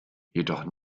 jedoch